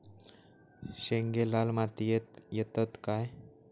शेंगे लाल मातीयेत येतत काय?